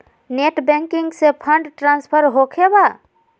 Net banking से fund transfer होखें बा?